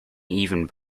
even